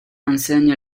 enseigne